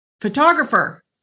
photographer